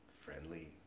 friendly